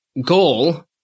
goal